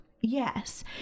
yes